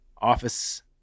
Office